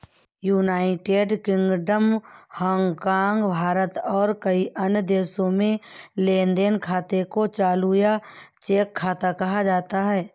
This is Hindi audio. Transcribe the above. यूनाइटेड किंगडम, हांगकांग, भारत और कई अन्य देशों में लेन देन खाते को चालू या चेक खाता कहा जाता है